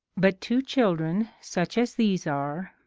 but two children such as these are,